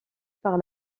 par